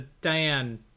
Diane